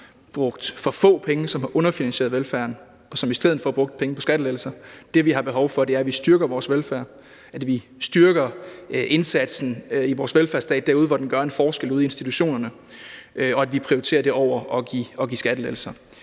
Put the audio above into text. brugt for få penge på og har underfinansieret velfærden, og som i stedet for brugte penge på skattelettelser, er der behov for, at vi styrker vores velfærd, at vi styrker indsatsen i vores velfærdsstat derude i institutionerne, hvor den gør en forskel, og at vi prioriterer det over at give skattelettelser.